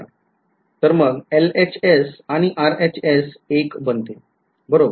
तर मग LHS आणि RHS एक बनते बरोबर